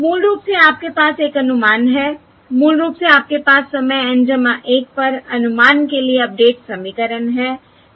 मूल रूप से आपके पास एक अनुमान है मूल रूप से आपके पास समय N 1 पर अनुमान के लिए अपडेट समीकरण है